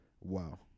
Wow